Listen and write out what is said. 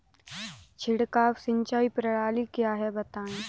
छिड़काव सिंचाई प्रणाली क्या है बताएँ?